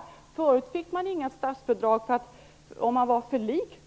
Tidigare fick en fristående skola inga statsbidrag om den var för lik